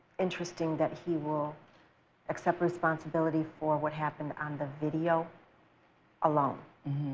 interesting that he will accept responsibility for what happened on the video alone.